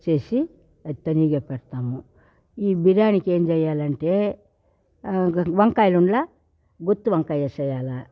చేసి అది తనీగా పెడతాము ఈ బిర్యానీకి ఏం చేయాలంటే వంకాయలు ఉండలా గుత్తు వంకాయ వేసేయాలి